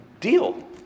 deal